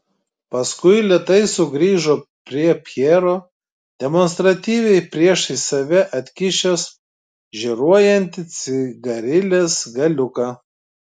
paskui lėtai sugrįžo prie pjero demonstratyviai priešais save atkišęs žėruojantį cigarilės galiuką